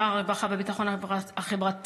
שר הרווחה והביטחון החברתי,